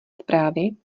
zprávy